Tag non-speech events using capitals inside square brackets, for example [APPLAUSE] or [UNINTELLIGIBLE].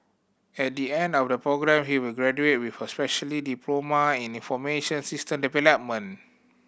at the end of the programme he will graduate with a specialist diploma in information system [UNINTELLIGIBLE]